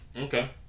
Okay